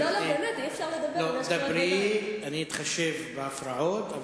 דברי, אני אתחשב בהפרעות.